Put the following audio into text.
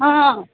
ହଁ ହଁ